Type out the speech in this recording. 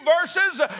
verses